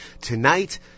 Tonight